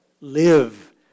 Live